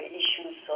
issues